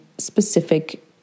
Specific